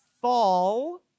fall